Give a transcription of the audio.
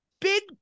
Big